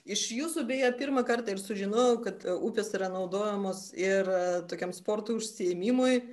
iš jūsų beje pirmą kartą ir sužinojau kad upės yra naudojamos ir tokiam sporto užsiėmimui